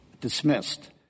dismissed